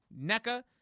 NECA